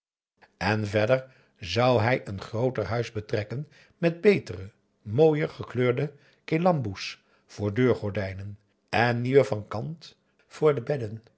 en verder zou hij een grooter huis betrekken met betere mooier gekleurde kelamboes voor deurgordijnen en nieuwe van kant voor de bedden